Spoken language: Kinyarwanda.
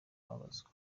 ababazwa